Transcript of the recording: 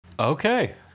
Okay